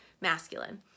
masculine